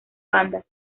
bandas